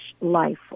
life